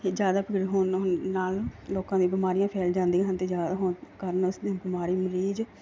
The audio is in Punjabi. ਇਹ ਜ਼ਿਆਦਾ ਭੀੜ ਹੋਣ ਨਾਲ ਲੋਕਾਂ ਦੀ ਬਿਮਾਰੀਆਂ ਫੈਲ ਜਾਂਦੀਆਂ ਹਨ ਅਤੇ ਜਿ ਹੋ ਕਾਰਨ ਉਸ ਨੂੰ ਬਿਮਾਰੀ ਮਰੀਜ਼